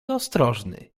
ostrożny